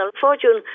fortune